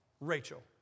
Rachel